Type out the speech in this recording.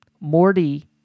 Morty